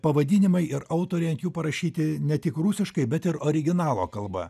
pavadinimai ir autoriai ant jų parašyti ne tik rusiškai bet ir originalo kalba